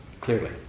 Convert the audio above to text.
clearly